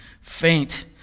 faint